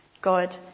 God